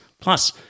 Plus